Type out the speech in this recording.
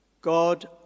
God